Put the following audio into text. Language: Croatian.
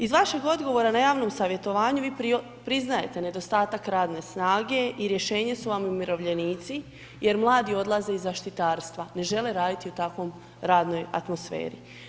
Iz vašeg odgovora na javnom savjetovanju vi priznajete nedostatak radne snage i rješenje su vam umirovljenici jer mladi odlaze iz zaštitarstva, ne žele raditi u takvoj radnoj atmosferi.